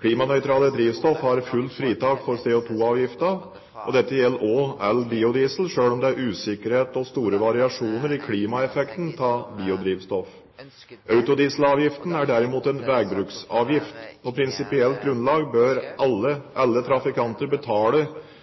Klimanøytrale drivstoff har fullt fritak for CO2-avgiften. Dette gjelder også all biodiesel, selv om det er usikkerhet om og store variasjoner i klimaeffekten av biodrivstoff. Autodieselavgiften er derimot en veibruksavgift. På prinsipielt grunnlag bør alle trafikanter betale